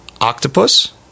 Octopus